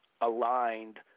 aligned –